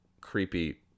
creepy